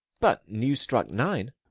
but new struck nine.